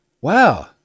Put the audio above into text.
Wow